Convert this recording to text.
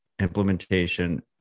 implementation